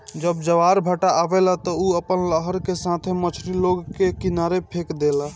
जब ज्वारभाटा आवेला त उ अपना लहर का साथे मछरी लोग के किनारे फेक देला